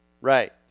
Right